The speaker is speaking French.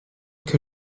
que